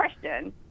question